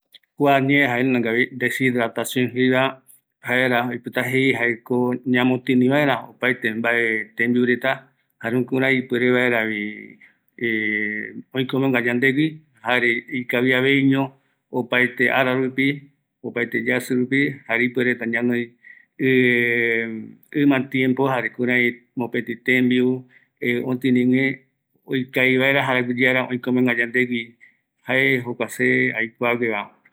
Kua oipota jei ñamotïni vaera tembiu reta, aguityeara vi oikomegua yandegui, ikaviaveiño opaete ararupi, yasi, jare ɨma yareko vaera öikomegua mbaevaera, ñamotïni kavi yave